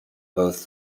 both